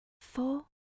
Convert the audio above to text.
four